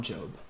Job